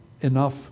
enough